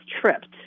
tripped